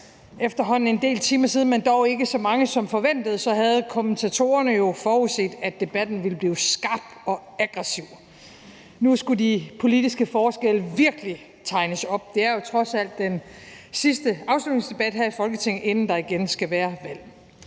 efterhånden en del timer siden, men dog ikke så mange som forventet, havde kommentatorerne jo forudset, at debatten ville blive skarp og aggressiv, nu skulle de politiske forskelle virkelig tegnes op, det er jo trods alt den sidste afslutningsdebat her i Folketinget, inden der igen skal være valg.